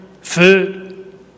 food